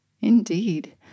Indeed